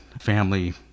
family